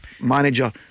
manager